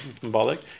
symbolic